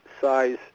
size